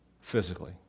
Physically